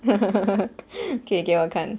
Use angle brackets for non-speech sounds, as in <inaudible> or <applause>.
<laughs> K 给我看